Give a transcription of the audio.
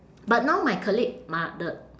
but now my colleague m~ the